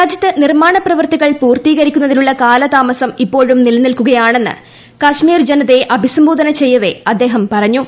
രാജ്യത്ത് നിർമ്മാണ പ്രവർത്തികൾ പൂർത്തീകരിക്കുന്നതിലുള്ള കാലതാമസം ഇപ്പോഴും നിലനിൽക്കുകയാണെന്ന് കാശ്മീർ ജനതയെ അഭിസംബോധന ചെയ്യവെ അദ്ദേഹം പറഞ്ഞു